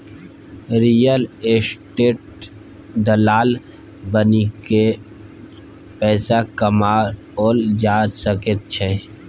real estate दलाल बनिकए पैसा कमाओल जा सकैत छै